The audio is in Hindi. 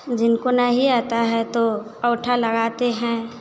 जिनको नहीं आता है तो अंगूठा लगाते हैं